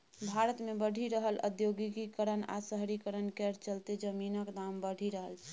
भारत मे बढ़ि रहल औद्योगीकरण आ शहरीकरण केर चलते जमीनक दाम बढ़ि रहल छै